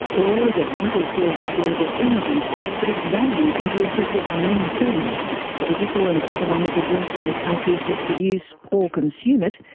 oil is a vital source of global energy but its value can be affected by many things political and economic events in the countries that produce or consume it,